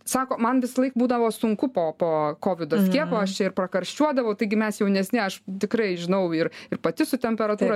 sako man visąlaik būdavo sunku po po kovido skiepo aš čia ir prakarščiuodavau taigi mes jaunesni aš tikrai žinau ir ir pati su temperatūra